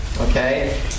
Okay